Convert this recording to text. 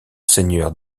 seigneurs